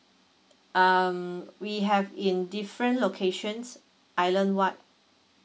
um we have in different locations island wide